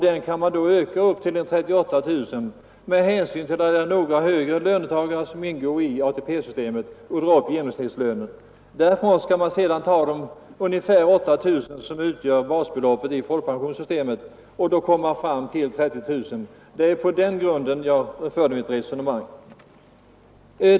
Detta belopp kan ökas till 38 000 kronor med hänsyn till att även en del högre löntagare ingår i ATP-systemet och drar upp genomsnittslönen. Därifrån skall man sedan dra bort de ungefär 8 000 kronor som utgör basbeloppet i pensionssystemet. Då kommer man till siffran 30 000 kronor. Det var på den grunden jag förde mitt resonemang.